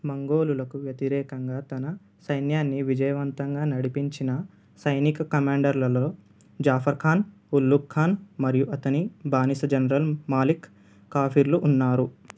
మంగోలులకు వ్యతిరేకంగా తన సైన్యాన్ని విజయవంతంగా నడిపించిన సైనిక కమాండర్లలో జాఫర్ ఖాన్ ఉల్లుగ్ ఖాన్ మరియు అతని బానిస జనరల్ మాలిక్ కాఫిర్లు ఉన్నారు